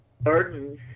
burdens